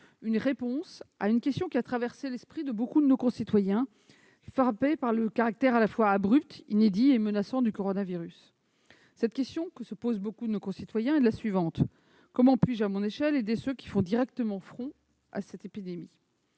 une réponse à une question qui a traversé l'esprit de beaucoup de nos concitoyens, frappés par le caractère à la fois abrupt, inédit et menaçant du coronavirus. Cette question que se posent beaucoup de nos concitoyens est la suivante : comment puis-je, à mon échelle, aider ceux qui font directement front face à l'épidémie ?